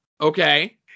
Okay